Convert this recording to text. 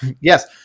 Yes